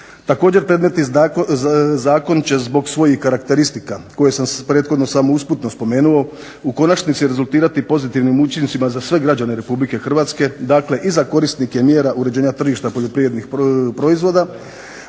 Također predmetni zakon će zbog svojih karakteristika koje sam prethodno samo usputno spomenuo, u konačnici rezultirati pozitivnim učincima za sve građane Republike Hrvatske, dakle i za korisnike mjera uređenja tržišta poljoprivrednih proizvoda,